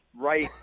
right